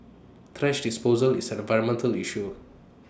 thrash disposal is an environmental issue